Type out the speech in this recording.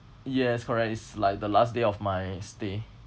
yes correct it's like the last day of my stay